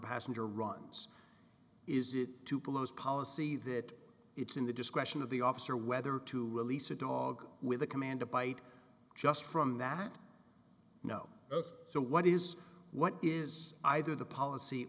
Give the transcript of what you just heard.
passenger runs is it too close policy that it's in the discretion of the officer whether to release a dog with a command to bite just from that no so what is what is either the policy